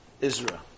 Israel